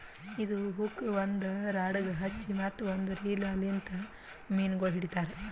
ಇದು ಹುಕ್ ಒಂದ್ ರಾಡಗ್ ಹಚ್ಚಿ ಮತ್ತ ಒಂದ್ ರೀಲ್ ಲಿಂತ್ ಮೀನಗೊಳ್ ಹಿಡಿತಾರ್